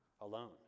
alone